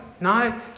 No